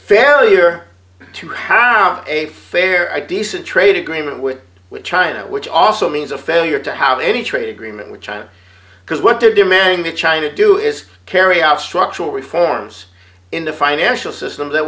or to how a fair i disintegrate agreement with with china which also means a failure to have any trade agreement with china because what they're demanding that china do is carry out structural reforms in the financial system that